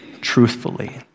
truthfully